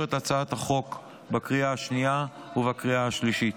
את הצעת החוק בקריאה השנייה ובקריאה השלישית.